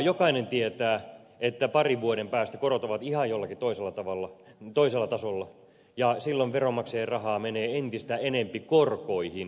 jokainen tietää että parin vuoden päästä korot ovat ihan jollakin toisella tasolla ja silloin veronmaksajien rahaa menee entistä enemmän korkoihin